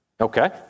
Okay